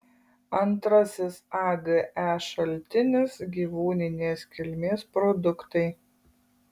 antrasis age šaltinis gyvūninės kilmės produktai